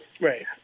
Right